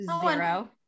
Zero